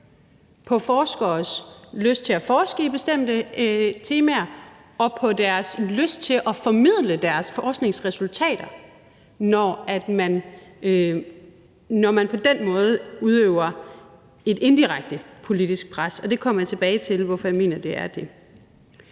på forskeres lyst til at forske i bestemte temaer og på deres lyst til at formidle deres forskningsresultater, når man på den måde udøver et indirekte politisk pres. Jeg kommer tilbage til, hvorfor jeg mener, at det er det.